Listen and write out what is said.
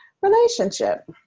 relationship